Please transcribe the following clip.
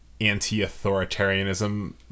anti-authoritarianism